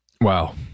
Wow